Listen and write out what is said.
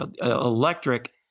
electric